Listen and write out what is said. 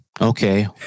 Okay